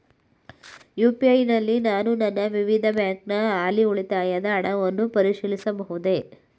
UPI ನಲ್ಲಿ ನಾನು ನನ್ನ ವಿವಿಧ ಬ್ಯಾಂಕಿನ ಹಾಲಿ ಉಳಿತಾಯದ ಹಣವನ್ನು ಪರಿಶೀಲಿಸಬಹುದೇ?